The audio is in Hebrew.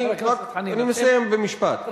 אני מסיים במשפט.